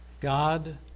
God